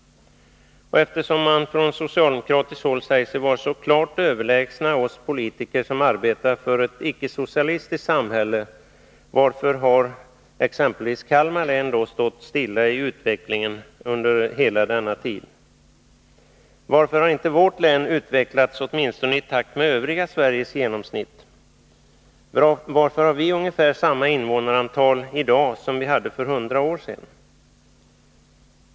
Eftersom man från socialdemokratiskt håll säger sig vara så klart överlägsen oss politiker som arbetar för ett icke-socialistiskt samhälle, varför har då exempelvis Kalmar län stått stilla i utvecklingen under hela denna tid? Varför har inte vårt län utvecklats åtminstone i takt med genomsnittet i övriga delar av Sverige? Varför har vi ungefär samma invånarantal i dag som vi hade för hundra år sedan?